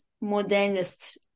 modernist